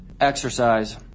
Exercise